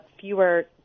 fewer